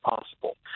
possible